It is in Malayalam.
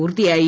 പൂർത്തിയായി